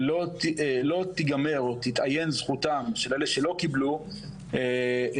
לא תיגמר או תתאיין זכותם של אלה שלא קיבלו מלקבל,